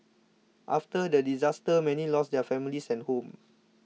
after the disaster many lost their families and homes